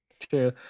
True